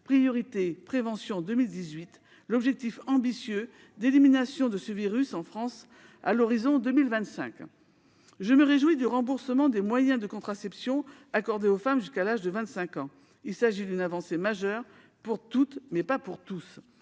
Priorité prévention » de 2018, l'objectif ambitieux d'élimination de ce virus en France à l'horizon de 2025. Je me réjouis du remboursement des moyens de contraception accordé aux femmes jusqu'à l'âge de 25 ans. Il s'agit d'une avancée majeure pour toutes, mais pas pour tous